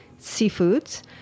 seafoods